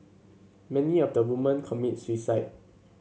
many of the woman commit suicide